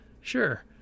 sure